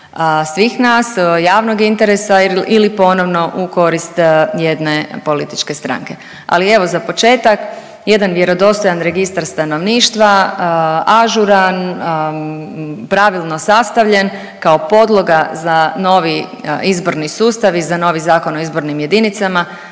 svih nas, javnog interesa ili ponovno u korist jedne političke stranke. Ali evo, za početak, jedan vjerodostojan registar stanovništva, ažuran, pravilno sastavljen kao podloga za novi izborni sustav i za novi Zakon o izbornim jedinicama,